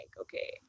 okay